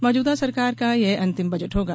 मौजूदा सरकार का यह अंतिम बजट होगा